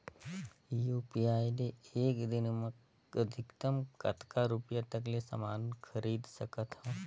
UPI ले एक दिन म अधिकतम कतका रुपिया तक ले समान खरीद सकत हवं?